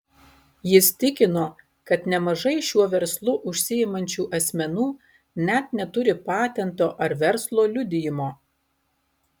jis tikino kad nemažai šiuo verslu užsiimančių asmenų net neturi patento ar verslo liudijimo